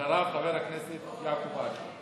אחריו, חבר הכנסת יעקב אשר.